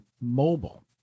mobile